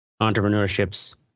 entrepreneurships